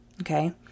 Okay